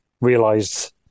realized